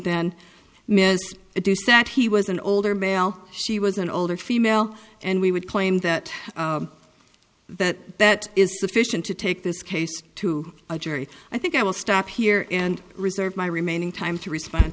say that he was an older male she was an older female and we would claim that that that is sufficient to take this case to a jury i think i will stop here and reserve my remaining time to respond